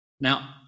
Now